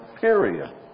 period